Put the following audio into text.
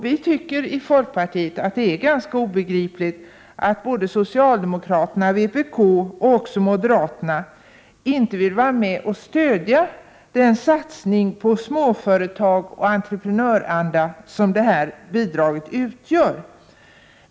I folkpartiet tycker vi att det är ganska obegripligt att såväl socialdemokraterna och vpk som moderaterna inte vill vara med och stödja den satsning på småföretag och entreprenöranda som det här är fråga om.